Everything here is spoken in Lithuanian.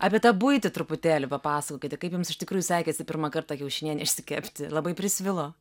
apie tą buitį truputėlį papasakokite kaip jums iš tikrųjų sekėsi pirmą kartą kiaušinienę išsikepti labai prisvilo